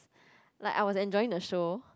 like I was enjoying the show